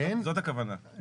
זאת הכוונה, כן?